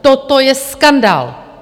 Toto je skandál!